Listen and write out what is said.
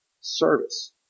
service